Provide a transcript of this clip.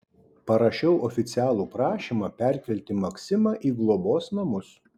parašiau oficialų prašymą perkelti maksimą į globos namus